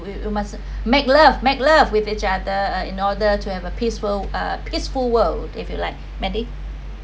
you you must make love make love with each other uh in order to have a peaceful uh peaceful world if you like mandy